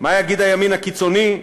מה יגיד הימין הקיצוני?